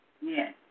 Yes